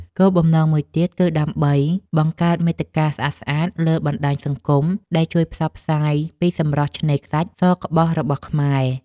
គោលបំណងមួយទៀតគឺដើម្បី បង្កើតមាតិកាស្អាតៗលើបណ្ដាញសង្គមដែលជួយផ្សព្វផ្សាយពីសម្រស់ឆ្នេរខ្សាច់សក្បុសរបស់ខ្មែរ។